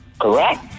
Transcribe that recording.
Correct